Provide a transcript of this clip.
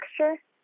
texture